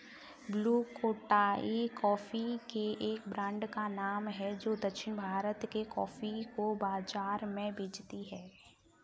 blue Tokai coffee के एक brand का नाम है जो दक्षिण भारत के कॉफी को बाजार में बेचती है